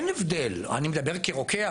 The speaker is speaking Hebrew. אין הבדל אני מדבר כרוקח,